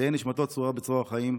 תהא נשמתו צרורה בצרור החיים.